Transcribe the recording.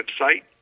website